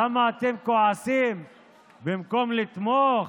למה אתם כועסים במקום לתמוך?